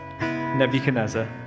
Nebuchadnezzar